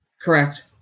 Correct